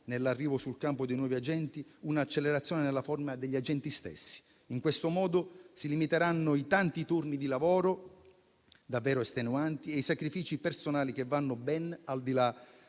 nell'arrivo sul campo di nuovi agenti, è stata prevista un'accelerazione nella formazione degli agenti stessi. In questo modo si limiteranno i tanti turni di lavoro, davvero estenuanti, e i sacrifici personali che vanno ben al di là